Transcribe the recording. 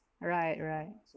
right right